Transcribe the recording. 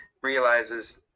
realizes